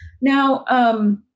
Now